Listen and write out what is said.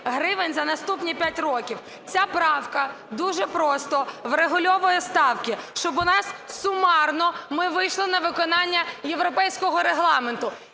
гривень за наступні 5 років. Ця правка дуже просто врегульовує ставки, щоб у нас сумарно ми вийшли на виконання європейського Регламенту.